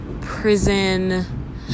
prison